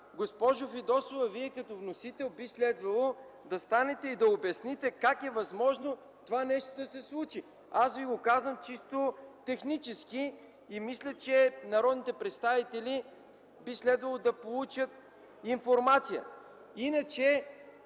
Госпожо Фидосова, Вие като вносител би следвало да станете и да обясните: как е възможно това нещо да се случи? Аз Ви го казвам чисто технически и мисля, че народните представители би следвало да получат информация. Какво